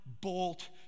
bolt